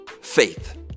faith